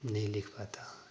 नहीं लिख पाता